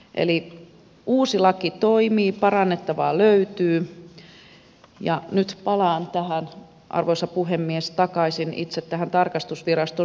eli uusi laki toimii parannettavaa löytyy ja nyt palaan arvoisa puhemies takaisin itse tähän tarkastusviraston selvitykseen